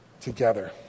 together